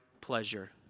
pleasure